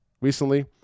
recently